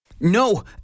No